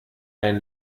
ein